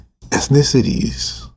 ethnicities